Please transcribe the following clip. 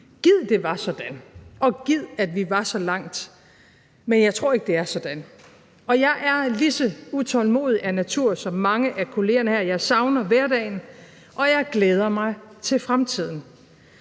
Gid det var sådan, og gid, at vi var så langt. Men jeg tror ikke, at det er sådan. Og jeg er lige så utålmodig af natur som mange af kollegerne her. Jeg savner hverdagen, og jeg glæder mig til fremtiden.